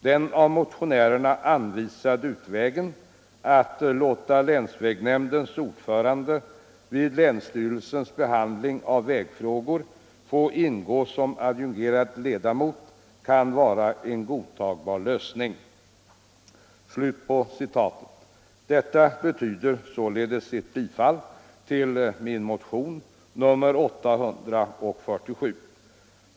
Den av motionärerna anvisade utvägen — att låta länsvägnämndens ordförande vid länsstyrelsens behandling av vägfrågor få ingå som adjungerad ledamot — kan vara en godtagbar lösning.” Detta betyder ett tillstyrkande till min motion 847.